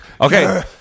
Okay